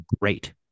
great